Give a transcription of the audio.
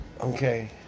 Okay